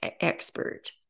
expert